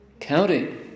counting